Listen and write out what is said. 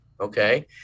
Okay